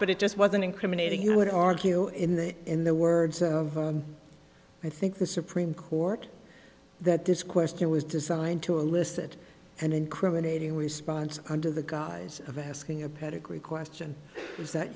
but it just wasn't incriminating you would argue in the in the words of i think the supreme court that this question was designed to elicit an incriminating response under the guise of asking a pedigree question is that